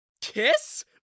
Kiss